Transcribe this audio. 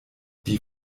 die